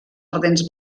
ardents